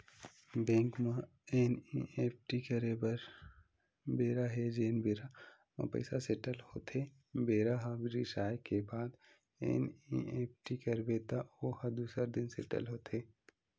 bank म NEFT करे बर बेरा हे जेने बेरा म पइसा सेटल होथे बेरा ह सिराए के बाद एन.ई.एफ.टी करबे त ओ ह दूसर दिन सेटल होथे